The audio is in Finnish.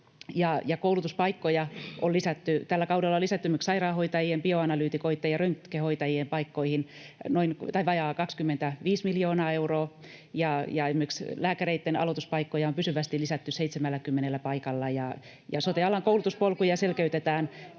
Tällä kaudella on lisätty esimerkiksi sairaanhoitajien, bioanalyytikoiden ja röntgenhoitajien paikkoihin vajaa 25 miljoonaa euroa, esimerkiksi lääkäreitten aloituspaikkoja on pysyvästi lisätty 70 paikalla ja sote-alan koulutuspolkuja selkeytetään